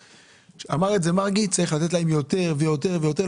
כמו שאמר מרגי, צריך לתת להם יותר ויותר ויותר.